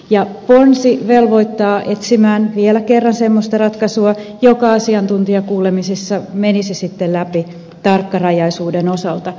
ja ponsi velvoittaa etsimään vielä kerran semmoista ratkaisua joka asiantuntijakuulemisissa menisi sitten läpi tarkkarajaisuuden osalta